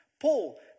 Paul